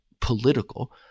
political